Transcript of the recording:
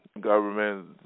government